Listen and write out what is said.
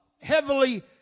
heavily